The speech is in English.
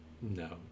no